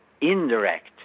indirect